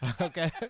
Okay